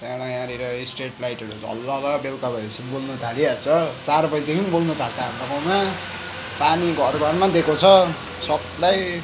त्यहाँबाट यहाँनिर स्ट्रिट लाइटहरू झल्लल बेलुका भएपछि बल्नु थालिहाल्छ चार बजेदेखि बल्नु थाल्छ हाम्रो गाउँमा पानी घर घरमा दिएको छ सबलाई